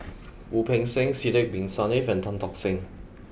Wu Peng Seng Sidek Bin Saniff and Tan Tock Seng